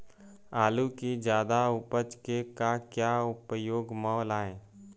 आलू कि जादा उपज के का क्या उपयोग म लाए?